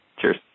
Cheers